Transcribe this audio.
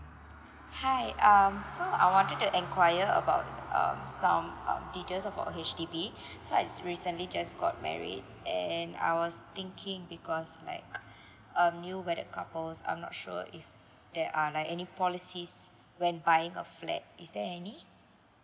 hi um so I wanted to enquire about um some um details about H_D_B so I just recently just got married and I was thinking because like um new wedded couple I'm not sure if there are like any policy when buying a flat is there any